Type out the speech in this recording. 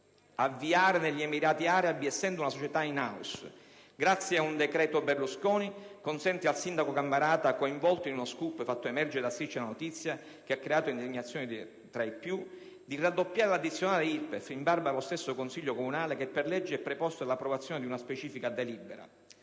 avviare negli Emirati Arabi, essendo una società *in house*. Grazie ad un decreto, Berlusconi consente al sindaco Cammarata - coinvolto in uno *scoop* fatto emergere da «Striscia la Notizia», che ha creato indignazione tra i più - di raddoppiare l'addizionale IRPEF, in barba allo stesso Consiglio comunale, che per legge è preposto all'approvazione di una specifica delibera.